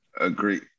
agree